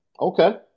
Okay